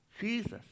Jesus